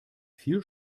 viel